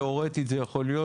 תיאורטית זה יכול להיות.